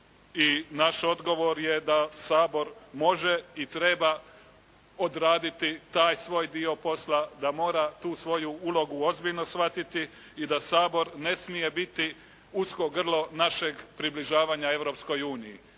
naš odgovor je da Sabor može i treba odraditi taj svoj dio posla, da mora tu svoju ulogu ozbiljno shvatiti i da Sabor ne smije biti usko grlo našeg približavanja Europskoj uniji.